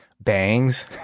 bangs